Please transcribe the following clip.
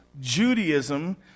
Judaism